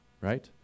right